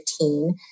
2015